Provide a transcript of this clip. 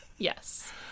Yes